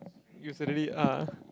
you suddenly ah